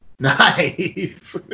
Nice